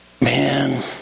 man